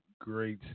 great